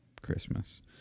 Christmas